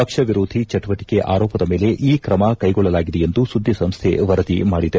ಪಕ್ಷ ವಿರೋಧೀ ಚಟುವಟಕೆ ಆರೋಪದ ಮೇಲೆ ಈ ತ್ರಮ ಕೈಗೊಳ್ಳಲಾಗಿದೆ ಎಂದು ಸುದ್ದಿಸಂಸ್ಥೆ ವರದಿ ಮಾಡಿದೆ